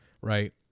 right